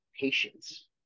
patience